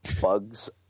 bugs